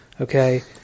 Okay